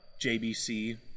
JBC